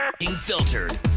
unfiltered